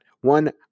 One